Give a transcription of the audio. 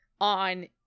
on